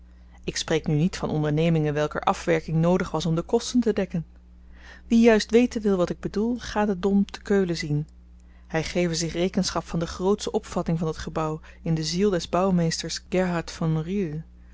ik spreek nu niet van ondernemingen welker afwerking noodig was om de kosten te dekken wie juist weten wil wat ik bedoel ga den dom te keulen zien hy geve zich rekenschap van de grootsche opvatting van dat gebouw in de ziel des bouwmeesters gerhard von